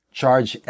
charge